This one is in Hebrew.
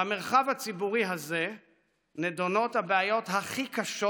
במרחב הציבורי הזה נדונות הבעיות הכי קשות